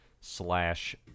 slash